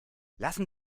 lassen